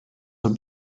have